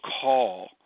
call –